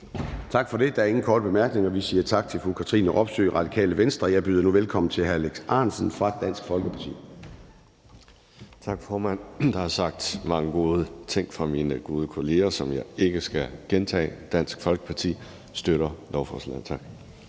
Tak for det. Der er ingen korte bemærkninger, og vi siger tak til fru Katrine Robsøe, Radikale Venstre. Jeg byder nu velkommen til hr. Alex Ahrendtsen fra Dansk Folkeparti. Kl. 13:21 (Ordfører) Alex Ahrendtsen (DF): Tak, formand. Der er sagt mange gode ting af mine gode kolleger, som jeg ikke skal gentage. Dansk Folkeparti støtter lovforslaget. Tak.